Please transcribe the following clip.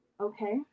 Okay